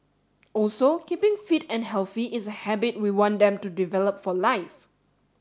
also keeping fit and healthy is a habit we want them to develop for life